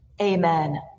amen